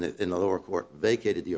in the in the lower court vacated